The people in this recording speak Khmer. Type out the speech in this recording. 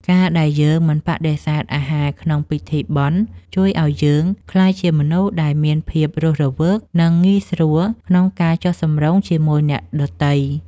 ការដែលយើងមិនបដិសេធអាហារក្នុងពិធីបុណ្យ ជួយឱ្យយើងក្លាយជាមនុស្សដែលមានភាពរស់រវើក និងងាយស្រួលក្នុងការចុះសម្រុងជាមួយអ្នកដទៃ។